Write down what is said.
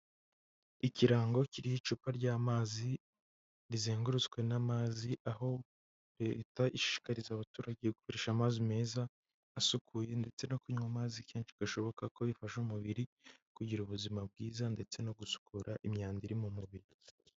Ikirango kiriho icupa ry'amazi, rizengurutswe n'amazi aho Leta ishishikariza abaturage gukoresha amazi meza, asukuye ndetse no kunywa amazi kenshi gashoboka kuko bifasha umubiri kugira ubuzima bwiza ndetse no gusukura imyanda iri mu mubiri.